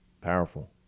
powerful